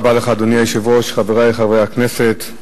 אדוני היושב-ראש, תודה רבה לך, חברי חברי הכנסת,